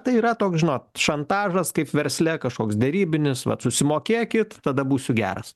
tai yra toks žinot šantažas kaip versle kažkoks derybinius vat susimokėkit tada būsiu geras